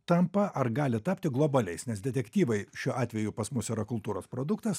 tampa ar gali tapti globaliais nes detektyvai šiuo atveju pas mus yra kultūros produktas